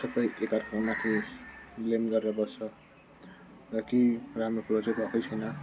सबै एकाअर्कामाथि ब्लेम गरेर बस्छ र केही राम्रो कुरो चाहिँ भएकै छैन